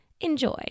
Enjoy